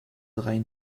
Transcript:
rein